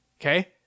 Okay